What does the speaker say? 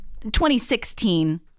2016